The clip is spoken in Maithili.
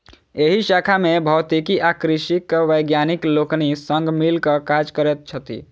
एहि शाखा मे भौतिकी आ कृषिक वैज्ञानिक लोकनि संग मिल क काज करैत छथि